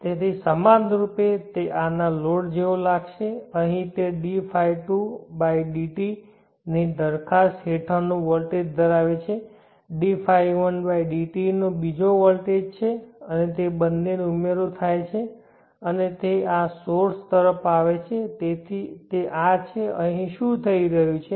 તેથી સમાનરૂપે તે આના લોડ જેવો લાગશે અહીં તે dϕ2 dt ની દરખાસ્ત હેઠળનો વોલ્ટેજ ધરાવે છે Dϕ1 dt નો બીજો વોલ્ટેજ છે અને તે બંનેનો ઉમેરો થાય છે અને તે આ સોર્સ તરફ આવે છે તેથી તે આ છે અહીં થઈ રહ્યું છે